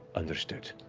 understood,